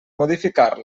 modificar